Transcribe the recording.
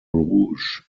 rouge